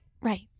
right